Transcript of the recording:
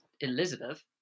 Elizabeth